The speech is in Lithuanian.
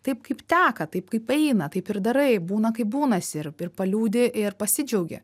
taip kaip teka taip kaip eina taip ir darai būna kaip būnasi ir ir paliūdi ir pasidžiaugi